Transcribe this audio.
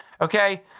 Okay